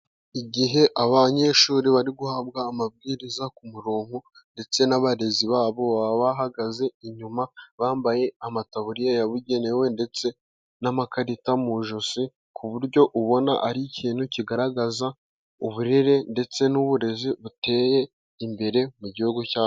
Igihe abanyeshuri bari guhabwa amabwiriza ku murongo, ndetse n'abarezi babo bahagaze inyuma bambaye amataburiya yabugenewe ndetse n'amakarita mu ijosi, ku buryo ubona ari ikintu kigaragaza uburere, ndetse n'uburezi buteye imbere mu gihugu cyabo.